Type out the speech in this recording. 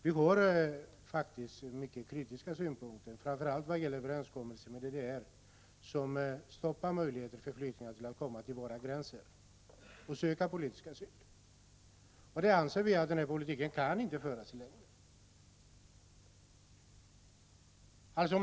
Vi har faktiskt mycket kritiska synpunkter, framför allt när det gäller överenskommelsen med DDR, som hindrar flyktingarna att komma till våra gränser och söka politisk asyl. Vi anser att denna politik inte kan föras i längden.